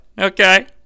Okay